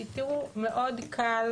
כי תראו, מאוד קל